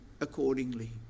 accordingly